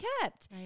kept